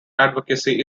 advocacy